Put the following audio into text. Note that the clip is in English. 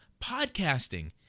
podcasting